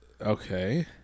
Okay